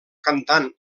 cantant